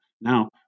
Now